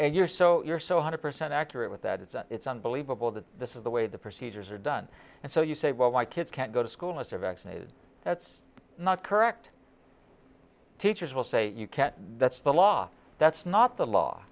and you're so you're so hundred percent accurate with that it's it's unbelievable that this is the way the procedures are done and so you say well why kids can't go to school as are vaccinated that's not correct teachers will say you can't that's the law that's not the law